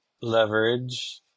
leverage